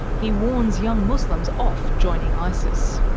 he warns young muslims off joining isis.